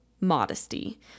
modesty